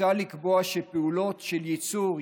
מוצע לקבוע שפעולות של ייצור,